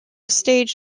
stage